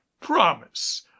promise